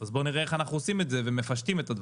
אז בואו נראה איך אנחנו מפשטים את הדברים.